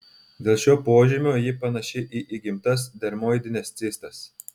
dėl šio požymio ji panaši į įgimtas dermoidines cistas